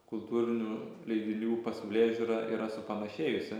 kultūrinių leidinių pasaulėžiūra yra supanašėjusi